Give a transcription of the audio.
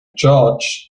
george’s